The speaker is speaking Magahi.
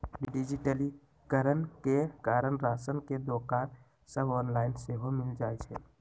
डिजिटलीकरण के कारण राशन के दोकान सभ ऑनलाइन सेहो मिल जाइ छइ